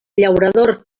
llaurador